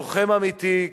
לוחם אמיתי.